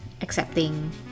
accepting